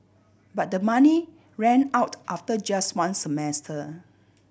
but the money ran out after just one semester